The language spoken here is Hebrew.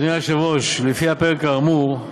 אדוני היושב-ראש, לפי הפרק האמור,